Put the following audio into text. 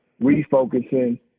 refocusing